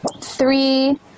Three